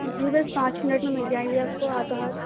جی بس پانچ منٹ میں مل جائیں گے آپ کو ہاتھوں ہاتھ